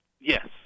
Yes